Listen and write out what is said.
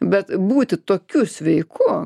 bet būti tokiu sveiku